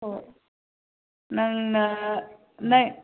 ꯑꯣ ꯅꯪꯅ ꯅꯪ